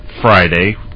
Friday